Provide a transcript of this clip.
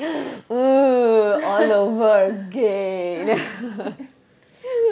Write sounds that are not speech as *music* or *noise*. *laughs*